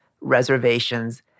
reservations